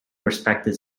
respected